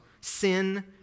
sin